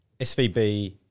SVB